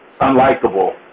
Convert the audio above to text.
unlikable